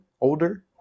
Older